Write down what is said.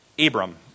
Abram